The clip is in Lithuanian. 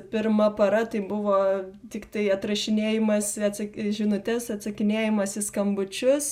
pirma para tai buvo tiktai atrašinėjimas į žinutes atsakinėjimas į skambučius